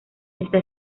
esta